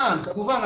כמובן.